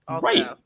right